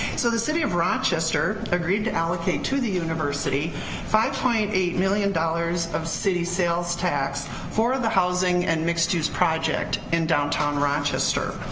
so the city of rochester agreed to allocate to the university five point eight million dollars of city sales tax for the housing and mixed use project in downtown rochester.